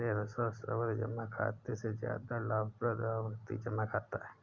मेरे अनुसार सावधि जमा खाते से ज्यादा लाभप्रद आवर्ती जमा खाता है